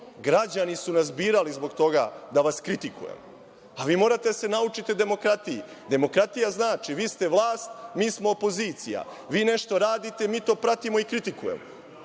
građani su nas birali zbog toga da vas kritikujemo, a vi morate da se naučite demokratiji. Demokratija znači vi ste vlast, mi smo opozicija. Vi nešto radite, mi to pratimo i kritikujemo